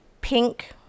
pink